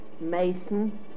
Mason